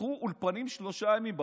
פתחו אולפנים שלושה ימים.